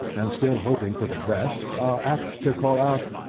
and, still hoping for the best, are apt to call out,